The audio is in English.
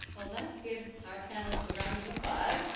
ah let's give our panelists a round of applause.